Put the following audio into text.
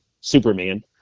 Superman